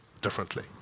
differently